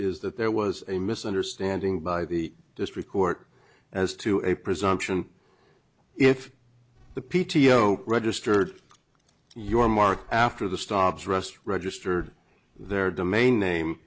is that there was a misunderstanding by the district court as to a presumption if the p t o registered your mark after the stops rest registered their domain name